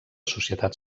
societat